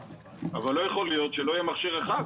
אבל לא יכול להיות שלא יהיה מכשיר אחד.